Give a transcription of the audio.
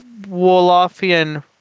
Wolofian